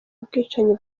ubwicanyi